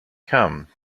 come